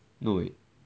no wait